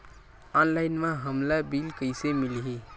Online म हमला bill कइसे मिलही?